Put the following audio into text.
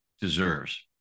deserves